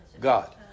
God